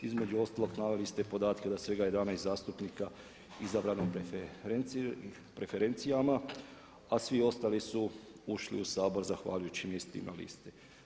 Između ostalog naveli ste i podatke da svega 11 zastupnika izabranih preferencijama a svi ostali su ušli u Sabor zahvaljujući mjestu na listi.